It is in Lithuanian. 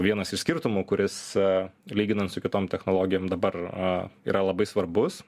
vienas iš skirtumų kuris a lyginant su kitom technologijom dabar a yra labai svarbus